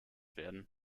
werden